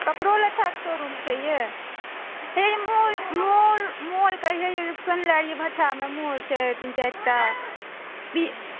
कपड़ो लत्ताक शोरूम छै है हे माउल माउल माउल कहै जाइए जे सुनलियैया भट्ठामे माउल छै तीन चारि टा दि